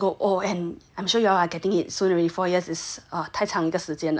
four years ago oh and I'm sure you all are getting it soon already four years is a 太长的时间的 but it's the normal time ah